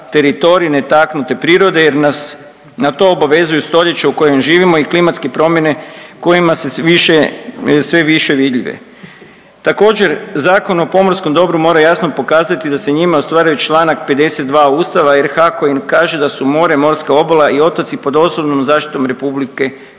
teritorij netaknute prirode jer nas na to obavezuju stoljeće u kojem živimo i klimatske promjene kojima se više, sve više vidljive. Također, Zakon o pomorskom dobru mora jasno pokazati da se njime ostvaruje Članak 52. Ustava RH koji kaže da su more, morska obala i otoci pod osobnom zaštitom RH, stoga